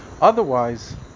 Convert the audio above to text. Otherwise